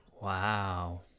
Wow